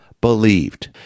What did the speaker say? believed